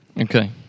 Okay